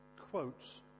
quotes